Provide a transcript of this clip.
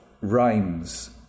rhymes